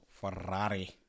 Ferrari